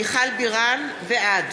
בירן, בעד